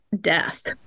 death